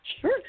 Sure